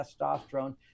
testosterone